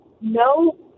no